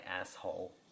asshole